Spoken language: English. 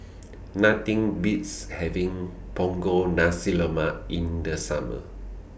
Nothing Beats having Punggol Nasi Lemak in The Summer